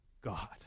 God